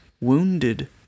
wounded